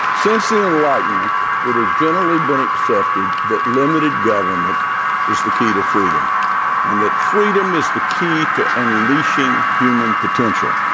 since the enlightenment it has generally been accepted that limited government is the key to freedom and that freedom is the key to unleashing human potential.